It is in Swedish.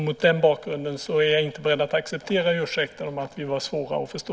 Mot den bakgrunden är jag inte beredd att acceptera ursäkten om att vi var svåra att förstå.